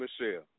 Michelle